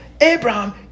Abraham